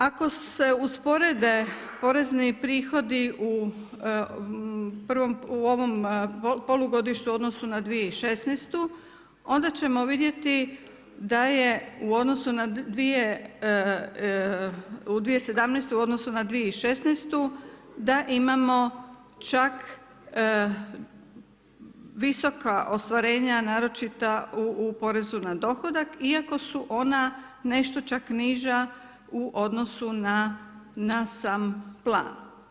Ako se usporede porezni prihodi u ovom polugodištu u odnosu na 2016. onda ćemo vidjeti da je u odnosu na, u 2017. u odnosu na 2016. da imamo čak visoka ostvarenja naročito u porezu na dohodak iako su ona nešto čak niža u odnosu na sam plan.